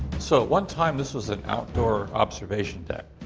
so at one time, this was an outdoor observation deck.